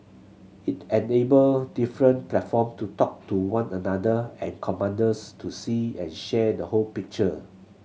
it enabled different platform to talk to one another and commanders to see and share the whole picture